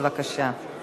בבקשה.